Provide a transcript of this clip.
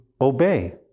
obey